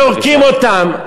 זורקים אותם,